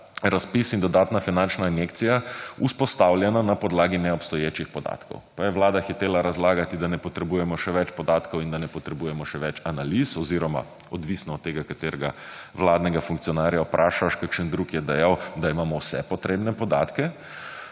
razpis in dodatna finančna injekcija vzpostavljena na podlagi neobstoječih podatkov pa je Vlada hitela razlagati, da ne potrebujemo še več podatkov in da ne potrebujemo še več analiz oziroma odvisno od tega, katerega vladnega funkcionarja vprašaš. Kakšen drug je dejal, da imamo vse potrebne podatke